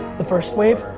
the first wave.